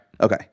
Okay